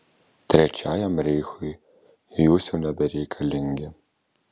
trečiajam reichui jūs jau nebereikalingi